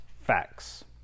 Facts